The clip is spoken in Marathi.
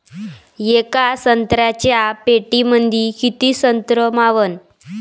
येका संत्र्याच्या पेटीमंदी किती संत्र मावन?